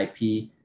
IP